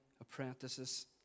apprentices